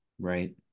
right